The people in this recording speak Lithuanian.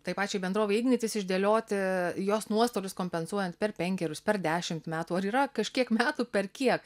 tai pačiai bendrovei ignitis išdėlioti jos nuostolius kompensuojant per penkerius per dešimt metų ar yra kažkiek metų per kiek